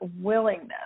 willingness